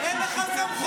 אין לך סמכות.